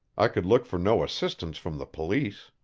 i could look for no assistance from the police.